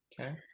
Okay